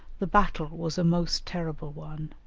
the battle was a most terrible one,